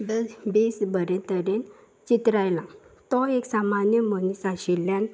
बेस बरें तरेन चित्र आयलां तो एक सामान्य मनीस आशिल्ल्यान